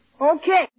Okay